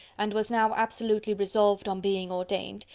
and was now absolutely resolved on being ordained,